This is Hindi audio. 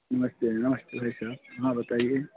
नमस्ते नमस्ते भाई साहब हाँ बताइए